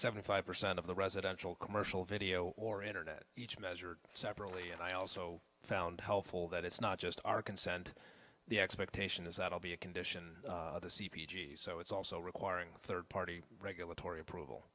seventy five percent of the residential commercial video or internet each measured separately and i also found helpful that it's not just our consent the expectation is that will be a condition of the c p g so it's also requiring third party regulatory approval